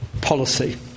policy